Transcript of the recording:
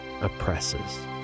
oppresses